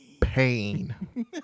Pain